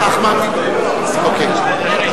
חברת הכנסת חנין זועבי, אינה נוכחת.